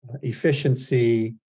efficiency